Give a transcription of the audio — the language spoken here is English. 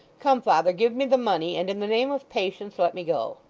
come, father, give me the money, and in the name of patience let me go